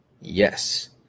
Yes